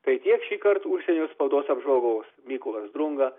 tai tiek šįkart užsienio spaudos apžvalgos mykolas drunga